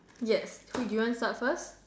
yes so do you want to start first